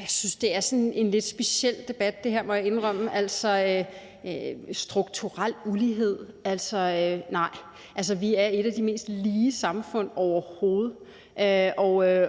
Jeg synes, det her er sådan en lidt speciel debat. Det må jeg indrømme. Strukturel ulighed? Nej. Vi er et af de mest lige samfund overhovedet,